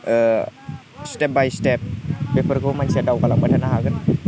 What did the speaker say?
step by step बेफोरखौ मानसिया दावगालांबाय थानो हागोन